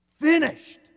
finished